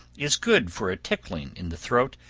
is good for a tickling in the throat,